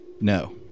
No